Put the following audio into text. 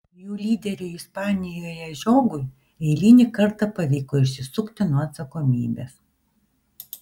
jų lyderiui ispanijoje žiogui eilinį kartą pavyko išsisukti nuo atsakomybės